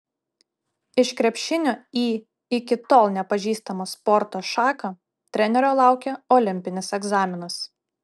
iš krepšinio į iki tol nepažįstamą sporto šaką trenerio laukia olimpinis egzaminas